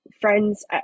friends